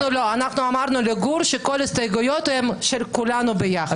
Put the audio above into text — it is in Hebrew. אמרנו לגור שכל ההסתייגויות הן של כולנו ביחד.